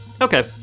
Okay